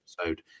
episode